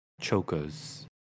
chokers